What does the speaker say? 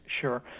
Sure